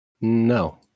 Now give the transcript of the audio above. no